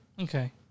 okay